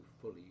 fully